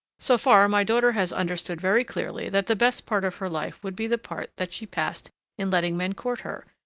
so far my daughter has understood very clearly that the best part of her life would be the part that she passed in letting men court her,